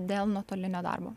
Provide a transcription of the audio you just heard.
dėl nuotolinio darbo